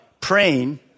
Praying